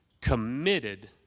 committed